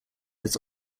its